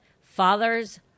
fathers